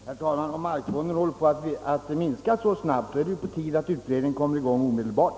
Herr talman! Om markfonden håller på att minska så snabbt, är det angeläget att utredningen kommer i gång omedelbart.